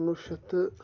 کُنوُہ شیٚتھ تہٕ